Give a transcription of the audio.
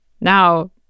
Now